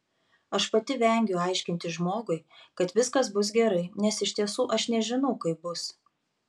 aš pati vengiu aiškinti žmogui kad viskas bus gerai nes iš tiesų aš nežinau kaip bus